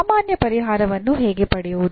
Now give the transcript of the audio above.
ಸಾಮಾನ್ಯ ಪರಿಹಾರವನ್ನು ಹೇಗೆ ಪಡೆಯುವುದು